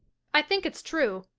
i think it's true,